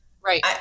Right